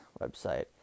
website